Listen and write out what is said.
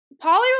poly